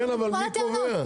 כן, אבל מי קובע?